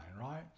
right